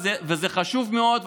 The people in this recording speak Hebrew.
וזה חשוב מאוד,